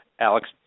Alex